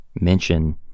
mention